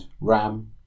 Ram